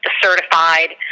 certified